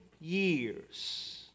years